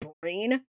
brain